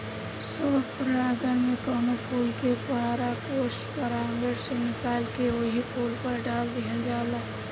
स्व परागण में कवनो फूल के परागकोष परागण से निकाल के ओही फूल पर डाल दिहल जाला